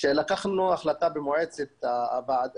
לקחנו החלטה במועצה